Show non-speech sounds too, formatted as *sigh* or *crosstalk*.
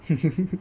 *laughs*